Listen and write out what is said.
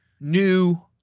new